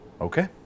Okay